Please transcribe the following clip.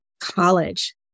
college